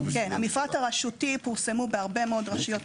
מפרטים רשותיים פורסמו בהרבה מאוד רשויות.